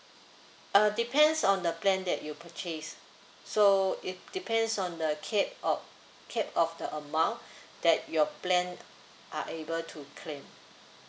uh depends on the plan that you purchased so it depends on the cap of cap of the amount that your plan are able to claim